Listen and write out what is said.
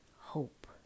hope